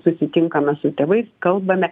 susitinkame su tėvais kalbame